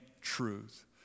truth